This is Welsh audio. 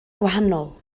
gwahanol